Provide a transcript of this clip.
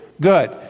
Good